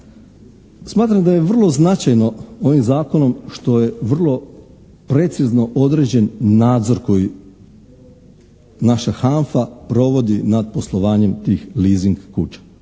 Smatram da je vrlo značajno ovim zakonom što je vrlo precizno određen nadzor koji naša HANFA provodi nad poslovanjem tih leasing kuća.